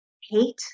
hate